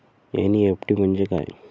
NEFT म्हणजे काय?